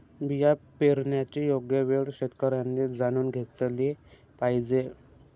बिया पेरण्याची योग्य वेळ शेतकऱ्यांनी जाणून घेतली पाहिजे